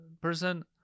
person